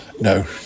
No